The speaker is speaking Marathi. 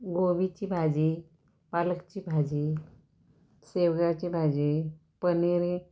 कोबीची भाजी पालकची भाजी शेवग्याची भाजी पनीर